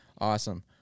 Awesome